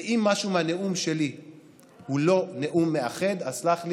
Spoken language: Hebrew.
ואם משהו מהנאום שלי הוא לא נאום מאחד, אז סלח לי,